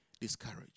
discouraged